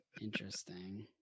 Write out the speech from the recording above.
interesting